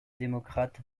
démocrates